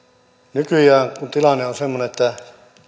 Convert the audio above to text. nykyään tilanne on semmoinen että